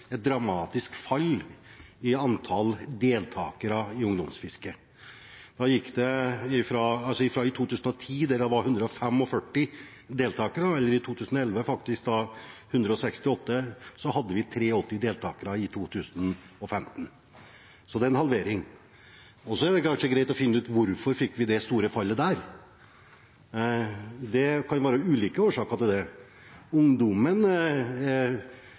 et dramatisk fall i antall deltakere i ungdomsfisket. I 2010 var det 145 deltakere, i 2011 var det 168 og i 2015 83 deltakere. Det er en halvering. Det kan være greit å finne ut hvorfor vi fikk det store fallet. Det kan være ulike årsaker til det. Ungdommen